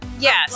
Yes